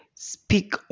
speak